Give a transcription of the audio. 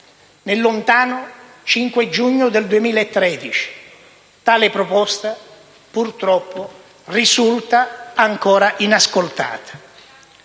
nel lontano 5 giugno 2013. Tale proposta, purtroppo, risulta ancora inascoltata.